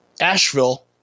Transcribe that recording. Asheville